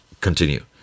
continue